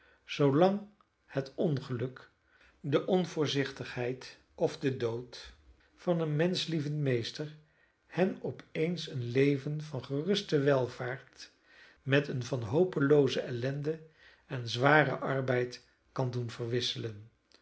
toebehooren zoolang het ongeluk de onvoorzichtigheid of de dood van een menschlievend meester hen op eens een leven van geruste welvaart met een van hopelooze ellende en zwaren arbeid kan doen